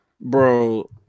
Bro